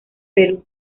perú